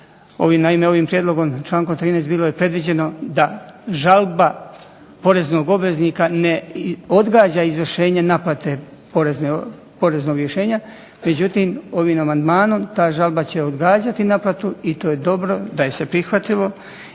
naime ovim prijedlogom člankom 13. bilo je predviđeno da žalba poreznog obveznika ne odgađa izvršenje naplate poreznog rješenja. Međutim, ovim amandmanom ta žalba će odgađati naplatu i to je dobro da je se prihvatilo